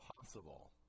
possible